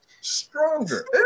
stronger